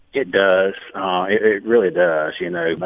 it does it really does. you know, but